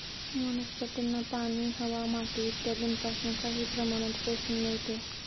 वनस्पतींना पाणी, हवा, माती इत्यादींपासून काही प्रमाणात पोषण मिळते